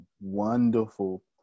wonderful